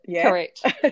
Correct